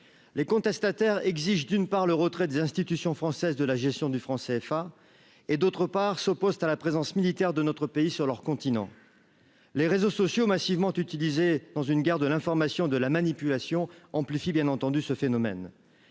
les contestataires exigent d'une part, le retrait des institutions françaises, de la gestion du franc CFA et d'autre part, s'oppose à la présence militaire de notre pays sur leur continent, les réseaux sociaux massivement utilisés dans une guerre de l'information de la manipulation amplifie, bien entendu, ce phénomène